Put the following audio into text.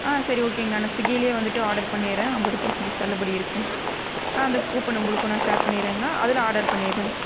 சரி ஓகேங்கணா ஸ்விகிலேயே வந்துட்டு ஆடர் பண்ணிடுறேன் ஐம்பது பர்ஸண்டேஜ் தள்ளுபடி இருக்குது அந்த கூப்பன் உங்களுக்கும் ஷேர் பண்ணிடுறேங்ன்னா அதில் ஆடர் பண்ணிடுறேன்